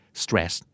stress